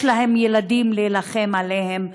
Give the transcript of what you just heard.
יש להם ילדים להילחם עליהם,